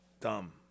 Dumb